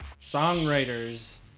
Songwriter's